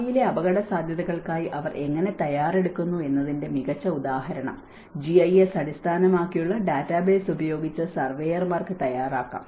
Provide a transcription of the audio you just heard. ഭാവിയിലെ അപകടസാധ്യതകൾക്കായി അവർ എങ്ങനെ തയ്യാറെടുക്കുന്നു എന്നതിന്റെ മികച്ച ഉദാഹരണം ജിഐഎസ് അടിസ്ഥാനമാക്കിയുള്ള ഡാറ്റാബേസ് ഉപയോഗിച്ച് സർവേയർമാർക്ക് തയ്യാറാക്കാം